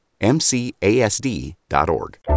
MCASD.org